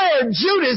Judas